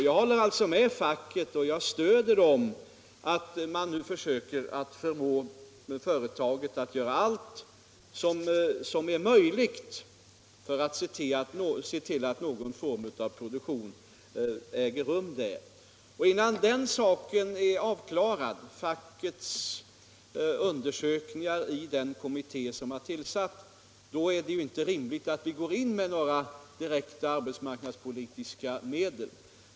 Jag håller alltså med facket och stöder dess försök att förmå företaget att göra allt som är möjligt för att någon form av produktion skall kunna äga rum där. Innan fackets undersökningar är avklarade i den kommitté som har tillsatts är det inte rimligt att vi går in med några direkta arbetsmarknadspolitiska medel.